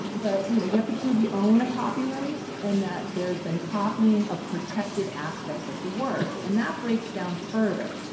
but, you know you have to prove you own a copyright and that there's been copying of protected aspects of the work. and that breaks down further.